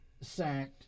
sacked